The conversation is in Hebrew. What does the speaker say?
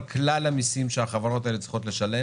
שאותו צריך לחדד